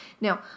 Now